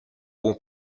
bon